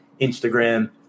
Instagram